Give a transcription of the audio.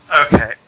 Okay